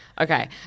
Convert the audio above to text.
Okay